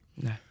No